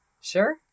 Sure